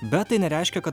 bet tai nereiškia kad